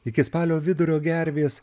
iki spalio vidurio gervės